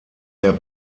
der